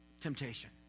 temptation